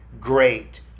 great